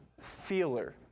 feeler